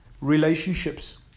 relationships